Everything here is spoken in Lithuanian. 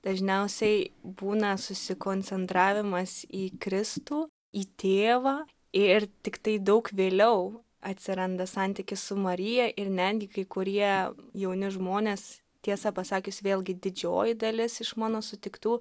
dažniausiai būna susikoncentravimas į kristų į tėvą ir tiktai daug vėliau atsiranda santykis su marija ir netgi kai kurie jauni žmonės tiesą pasakius vėlgi didžioji dalis iš mano sutiktų